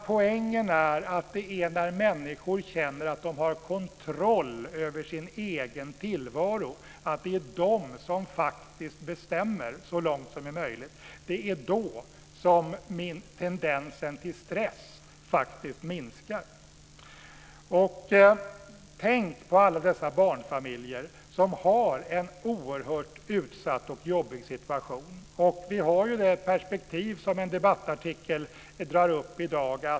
Poängen är att det är när människor känner att de har kontroll över sin egen tillvaro och att det är de som faktiskt bestämmer så långt som det är möjligt som tendensen till stress minskar. Tänk på alla dessa barnfamiljer som har en oerhört utsatt och jobbig situation. Vi har det perspektiv som en debattartikel drar upp i dag.